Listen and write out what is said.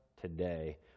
today